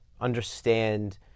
understand